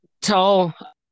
tell